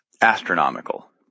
astronomical